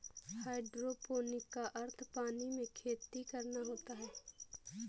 hydroponic का अर्थ पानी में खेती करना होता है